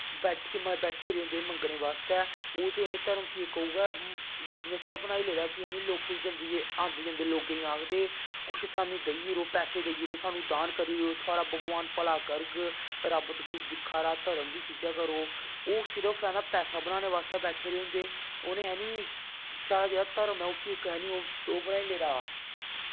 बैठियै बैठे दे होंदे मंगनें बास्तै ओह् ते इनें धर्म गी इक उऐ बिजनस गै बनाई लेदा कि जानि लोकें गी आंदे जंदे लोकें आखदे कुछ सानूं देई ओड़ो पैसे देई ओड़ो सानूं दान करी ओड़ो थोआढ़ा भगवान भला करग रब्ब तुसेंगी दिक्खा दा धर्म दी चीजां करो ओह् सिर्फ हैना पैसा बनानै बास्तै बैठे दे होंदे उ'नें जानि साढ़ा जेह्ड़ा धर्म ऐ उसी इक जानि ओह् बनाई लेदा